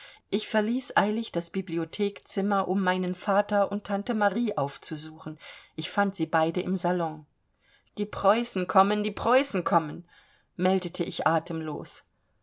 ich verließ eilig das bibliothekzimmer um meinen vater und tante marie aufzusuchen ich fand sie beide im salon die preußen kommen die preußen kommen meldete ich atemlos